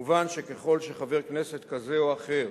כמובן, ככל שחבר כנסת כזה או אחר